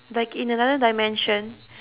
like in another dimension